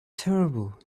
terrible